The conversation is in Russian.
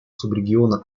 субрегиона